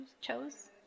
chose